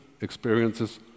experiences